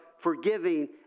forgiving